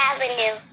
Avenue